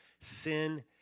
sin